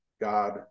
God